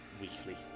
weekly